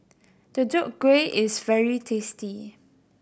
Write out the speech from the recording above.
Deodeok Gui is very tasty